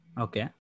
Okay